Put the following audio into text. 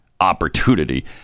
opportunity